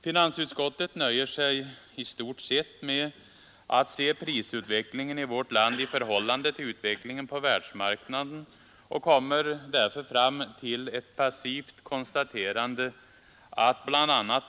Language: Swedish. Finansutskottet nöjer sig i stort sett med att se prisutvecklingen i vårt land i förhållande till utvecklingen på världsmarknaden och kommer därför fram till ett passivt konstaterande att ”bl.a.